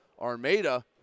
Armada